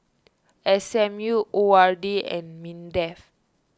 S M U O R D and Mindef